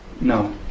no